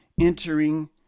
entering